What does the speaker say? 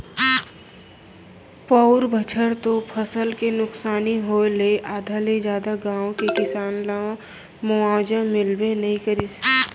पउर बछर तो फसल के नुकसानी होय ले आधा ले जादा गाँव के किसान ल मुवावजा मिलबे नइ करिस